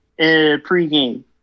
pregame